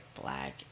black